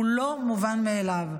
הוא לא מובן מאליו.